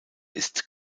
ist